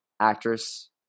actress